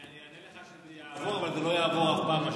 אני אענה לך שזה לא יעבור אף פעם מה